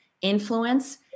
influence